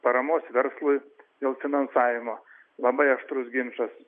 paramos verslui dėl finansavimo labai aštrus ginčas